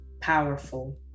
powerful